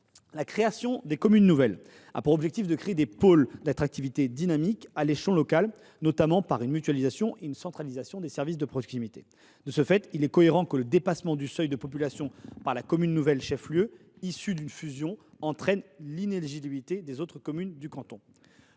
La création de communes nouvelles a pour objectif de créer des pôles d’attractivité dynamiques à l’échelon local, notamment en mutualisant et en centralisant les services de proximité. De ce fait, il est cohérent que le dépassement du seuil de population par la commune nouvelle chef lieu résultant d’une fusion entraîne l’inéligibilité des autres communes du canton.